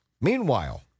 Meanwhile